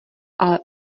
ale